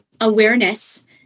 awareness